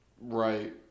right